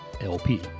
LP